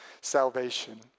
salvation